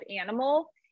animal